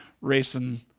racing